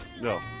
No